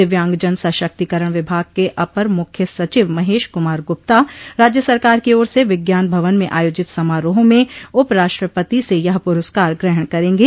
दिव्यांगजन सशक्तिकरण विभाग के अपर मुख्य सचिव महेश कुमार गुप्ता राज्य सरकार की ओर से विज्ञान भवन में आयोजित समारोह में उप राष्ट्रपति से यह पुरस्कार ग्रहण करेंगे